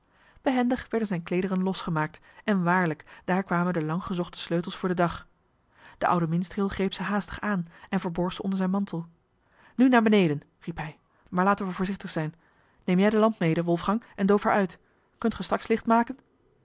behendig werden zijne kleederen losgemaakt en waarlijk daar kwamen de langgezochte sleutels voor den dag de oude minstreel greep ze haastig aan en verborg ze onder zijn mantel nu naar beneden riep hij maar laten we voorzichtig zijn neem jij de lamp mede wolfgang en doof haar uit kunt ge straks licht maken